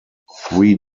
three